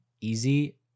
easy